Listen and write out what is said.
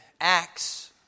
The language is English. Acts